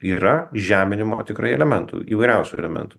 yra žeminimo tikrai elementų įvairiausių elementų